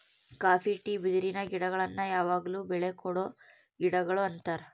copy tea ಬಿದಿರಿನ ಗಿಡಗುಳ್ನ ಯಾವಗ್ಲು ಬೆಳೆ ಕೊಡೊ ಗಿಡಗುಳು ಅಂತಾರ